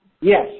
Yes